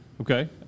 Okay